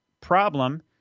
problem